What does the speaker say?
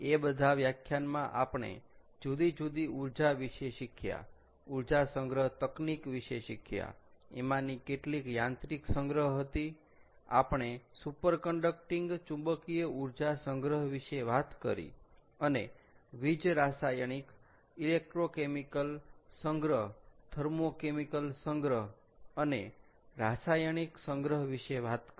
એ બધા વ્યાખ્યાનમાં આપણે બધી જુદી જુદી ઊર્જા વિશે શીખ્યા ઊર્જા સંગ્રહ તકનીક વિશે શીખ્યા એમાંની કેટલીક યાંત્રિક સંગ્રહ હતી આપણે સુપર કંડકટીંગ ચુંબકીય ઊર્જા સંગ્રહ વિશે વાત કરી અને વીજ રાસાયણિક ઇલેક્ટ્રોકેમિકલ સંગ્રહ થર્મો કેમિકલ સંગ્રહ અને રાસાયણિક સંગ્રહ વિશે વાત કરી